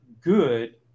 good